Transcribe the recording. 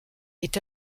est